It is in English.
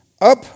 Up